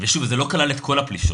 שוב, זה לא כלל את כל הפלישות.